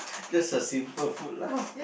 just a simple food lah